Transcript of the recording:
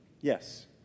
Yes